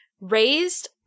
raised